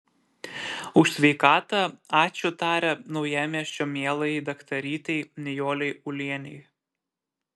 už sveikatą ačiū taria naujamiesčio mielajai daktarytei nijolei ulienei